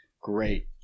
Great